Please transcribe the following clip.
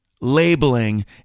labeling